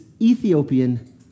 Ethiopian